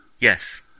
Yes